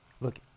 Look